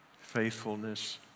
faithfulness